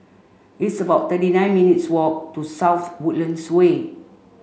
it's about thirty nine minutes' walk to South Woodlands Way